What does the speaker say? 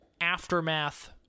aftermath